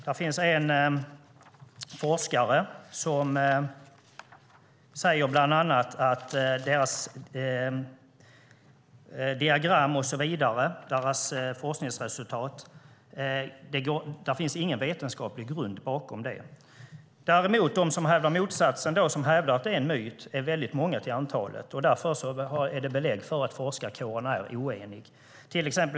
Det finns en forskare som bland annat säger att det inte finns någon vetenskaplig grund till deras diagram och forskningsresultat. De som hävdar motsatsen, att det är en myt, är däremot väldigt många till antalet. Därmed finns belägg för att forskarkåren är oenig.